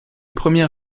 premier